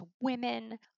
women